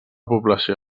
població